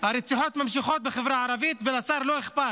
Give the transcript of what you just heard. הרציחות נמשכות בחברה הערבית ולשר לא אכפת.